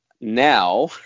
now